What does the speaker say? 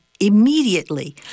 Immediately